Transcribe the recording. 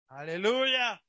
Hallelujah